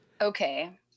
Okay